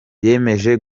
yiyemeje